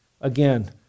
Again